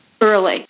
early